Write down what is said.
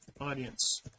audience